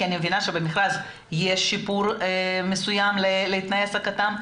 כי אני מבינה שבמכרז יש שיפור מסוים לתנאי העסקת העובדים.